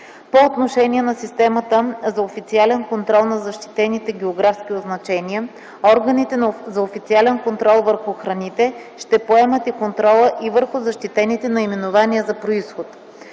По отношение на системата за официален контрол на защитените географски означения, органите за официален контрол върху храните ще поемат и контрола и върху защитените наименования за произход.